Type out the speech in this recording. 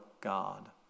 God